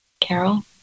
Carol